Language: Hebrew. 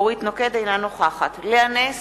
אינה נוכחת לאה נס,